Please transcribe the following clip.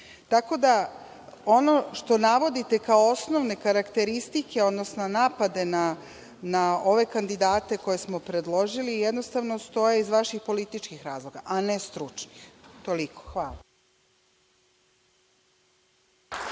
da ono što navodite kao osnovne karakteristike, odnosno napade na ove kandidate koje smo predložili jednostavno stoji iz vaših političkih razloga, a ne stručnih. Toliko. Hvala.